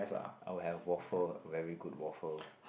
I'll have waffle very good waffle